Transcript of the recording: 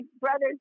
brother's